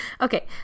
Okay